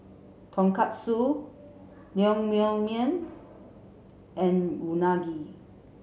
Tonkatsu Naengmyeon and Unagi